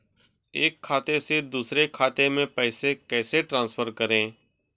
एक खाते से दूसरे खाते में पैसे कैसे ट्रांसफर करें?